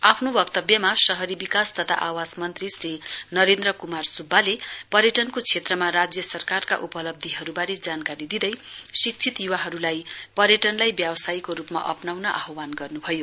आफ्नो वक्तव्यमा शहरी विकास तथा आवास मन्त्री श्री नरेन्द्र कुमार सुब्बाले पर्यटनको क्षेत्रमा राज्य सरकारका उपलब्धिहरूबारे जानकारी दिँदै शिक्षित युवाहरूलाई पर्यटनलाई व्यवसायको रूपमा अप्नाउने आह्वान गर्नुभयो